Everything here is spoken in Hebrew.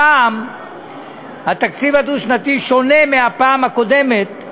הפעם התקציב הדו-שנתי שונה מבפעם הקודמת: